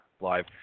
Live